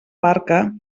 barca